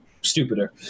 stupider